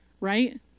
right